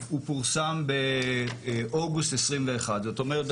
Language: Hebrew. הוא פורסם באוגוסט 2021. זאת אומרת,